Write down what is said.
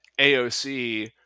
AOC